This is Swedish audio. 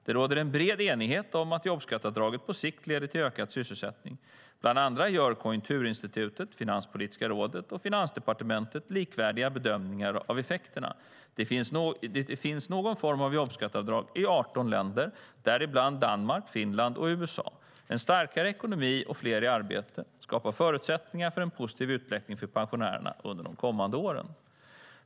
Det råder en bred enighet om att jobbskatteavdraget på sikt leder till ökad sysselsättning. Bland andra gör Konjunkturinstitutet, Finanspolitiska rådet och Finansdepartementet likvärdiga bedömningar av effekterna. Det finns någon form av jobbskatteavdrag i 18 länder, däribland Danmark, Finland och USA. En starkare ekonomi och fler i arbete skapar förutsättningar för en positiv utveckling för pensionärerna under de kommande åren.